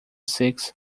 six